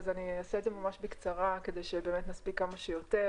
אני אעשה את זה ממש בקצרה כדי שנספיק כמה שיותר.